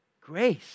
Grace